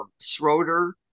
Schroeder